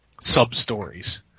sub-stories